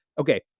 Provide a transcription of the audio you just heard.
okay